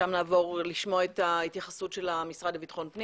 משם נעבור לשמוע את ההתייחסות של המשרד לביטחון הפנים,